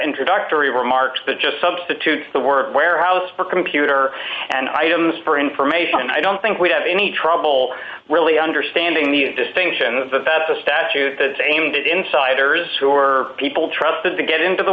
troductory remarks but just substitute the word warehouse for computer and items for information i don't think we have any trouble really understanding the distinction the vat is a statute that is aimed at insiders who or people trust them to get into the